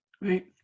right